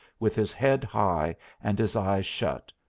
with his head high and his eyes shut,